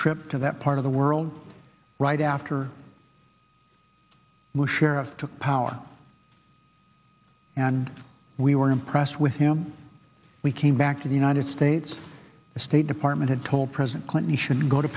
trip to that part of the world right after musharraf took power and we were impressed with him we came back to the united states the state department had told president clinton he should go to